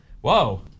whoa